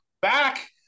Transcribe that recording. back